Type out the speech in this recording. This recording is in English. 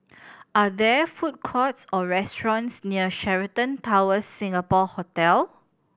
are there food courts or restaurants near Sheraton Towers Singapore Hotel